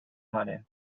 mare